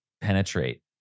penetrate